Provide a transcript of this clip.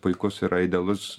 puikus yra idealus